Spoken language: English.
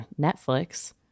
Netflix